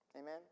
Amen